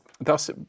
thus